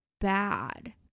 bad